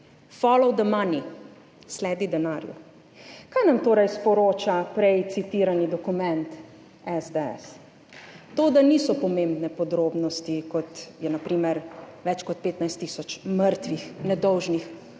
follow the money, sledi denarju. Kaj nam torej sporoča prej citirani dokument SDS? To, da niso pomembne podrobnosti, kot je na primer več kot 15 tisoč mrtvih nedolžnih